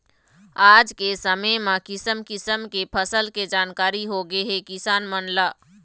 आज के समे म किसम किसम के फसल के जानकारी होगे हे किसान मन ल